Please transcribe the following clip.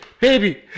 baby